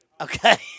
Okay